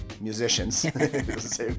musicians